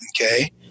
okay